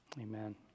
Amen